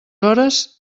hores